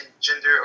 gender